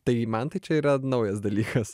tai man tai čia yra naujas dalykas